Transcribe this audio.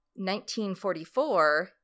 1944